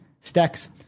stacks